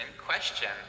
question